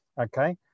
Okay